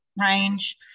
range